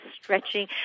stretching